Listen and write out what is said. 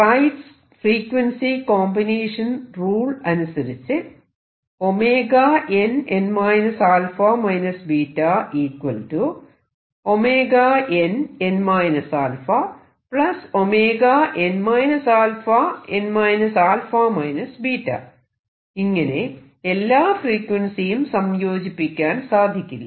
റൈറ്സ് frequency combination rule അനുസരിച്ച് ഇങ്ങനെ എല്ലാ ഫ്രീക്വൻസിയും സംയോജിപ്പിക്കാൻ സാധിക്കില്ല